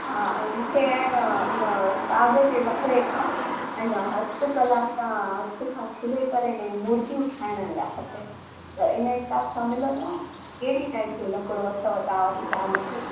हा ऐं मूंखे आहे न हिन साॻ जे लकिड़े खां आहे न हस्तकला सां हथ सां छिले करे ने मुर्तियूं ठाहिण लाइ खपे त हिन हिसाबु सां मिलंदो कहिड़ी टाइप जो लकिड़ो अथव तव्हां वटि साॻ जो